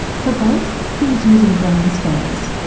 for both he was using brain scans,